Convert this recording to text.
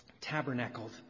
tabernacled